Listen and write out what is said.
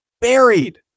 buried